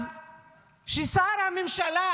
אז כשראש הממשלה